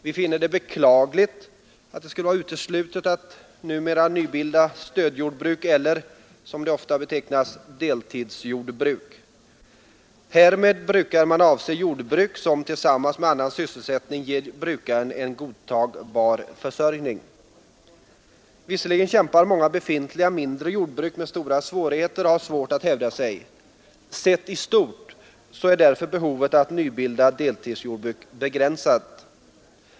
Vi finner det beklagligt att det skulle vara uteslutet att numera nybilda stödjordbruk eller, som de ofta betecknas, deltidsjordbruk; härmed brukar man avse jordbruk som tillsammans med annan sysselsättning ger brukaren en godtagbar försörjning. Visserligen kämpar många befintliga mindre jordbruk med problem och har svårt att hävda sig. Sett istort är därför behovet att nybilda deltidsjordbruk begränsat.